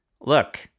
look